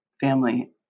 family